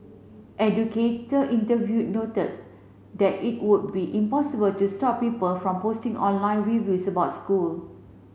educator interviewed noted that it would be impossible to stop people from posting online reviews about school